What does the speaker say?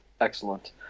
excellent